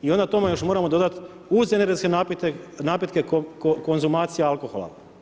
I onda tome još moramo dodati uz energetske napitke konzumacija alkohola.